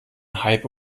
hype